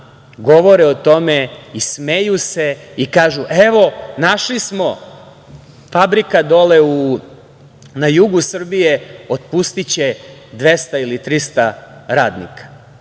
govore o tome i smeju se i kažu – evo, našli smo fabrika, dole na jugu Srbije otpustiće 200 ili 300 radnika.